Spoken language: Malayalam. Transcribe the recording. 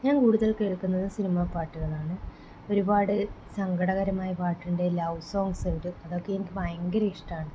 ഞാൻ കൂടുതൽ കേൾക്കുന്നത് സിനിമ പാട്ടുകളാണ് ഒരുപാട് സങ്കടകരമായ പാട്ടുണ്ട് ലൗ സോങ്സ് ഉണ്ട് അതൊക്കെ എനിക്ക് ഭയങ്കര ഇഷ്ടമാണ്